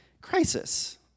crisis